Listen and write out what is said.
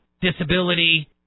disability